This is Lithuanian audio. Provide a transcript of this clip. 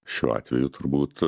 šiuo atveju turbūt